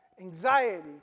anxiety